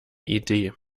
idee